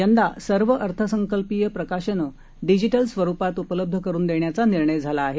यंदा सर्व अर्थसंकल्पीय प्रकाशनं डिजीटल स्वरुपात उपलब्ध करुन देण्याचा निर्णय झाला आहे